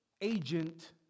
agent